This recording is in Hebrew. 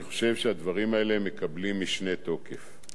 אני חושב שהדברים האלה מקבלים משנה תוקף.